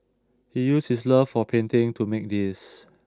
he used his love of painting to make these